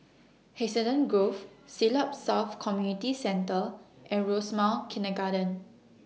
Hacienda Grove Siglap South Community Centre and Rosemount Kindergarten